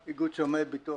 איגוד השמאים.